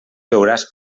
veuràs